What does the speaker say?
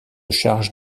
chargent